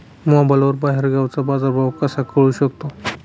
मोबाईलवर बाहेरगावचा बाजारभाव कसा कळू शकतो?